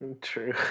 true